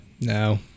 No